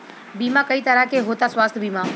बीमा कई तरह के होता स्वास्थ्य बीमा?